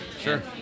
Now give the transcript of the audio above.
Sure